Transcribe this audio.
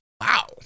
Wow